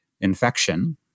infection